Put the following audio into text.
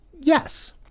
Yes